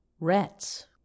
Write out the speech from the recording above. Rats